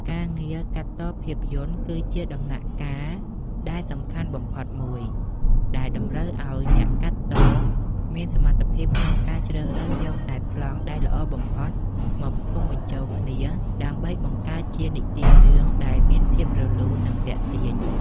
ការងារកាត់តភាពយន្តគឺជាដំណាក់កាលដែលសំខាន់បំផុតមួយ ដែលតម្រូវឱ្យអ្នកកាត់តមានសមត្ថភាពក្នុងការជ្រើសរើសយកតែប្លង់ដែលល្អបំផុតមកផ្គុំបញ្ចូលគ្នាដើម្បីបង្កើតជានិទានរឿងដែលមានភាពរលូន និងទាក់ទាញ។